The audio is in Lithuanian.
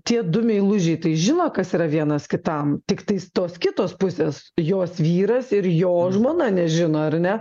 tie du meilužiai tai žino kas yra vienas kitam tiktais tos kitos pusės jos vyras ir jo žmona nežino ar ne